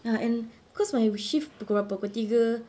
ya and because my shift pukul berapa pukul tiga